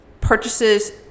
purchases